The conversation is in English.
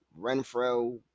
Renfro